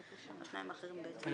אני